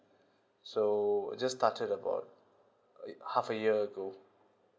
so I just started about uh half a year ago